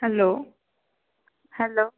hello hello